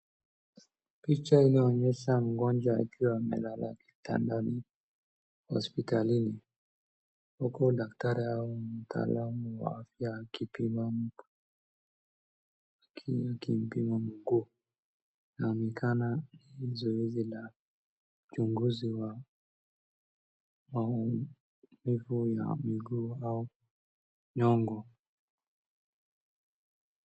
Picha inaonyesha mgonjwa akiwa amelala kitandani, hospitalini huku daktari au mtaalamu wa afya akimpima mguu. Inaonekana ni zoezi la uchunguzi wa maumivu ya miguu au nyongo.